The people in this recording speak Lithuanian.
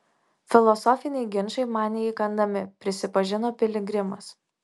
filosofiniai ginčai man neįkandami prisipažino piligrimas